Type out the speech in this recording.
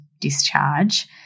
discharge